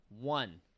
one